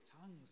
tongues